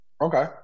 Okay